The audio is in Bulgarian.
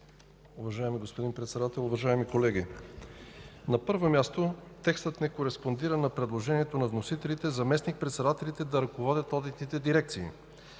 Уважаеми господин Председател, уважаеми колеги! На първо място, текстът не кореспондира на предложението на вносителите заместник-председателите да ръководят одитните дирекции.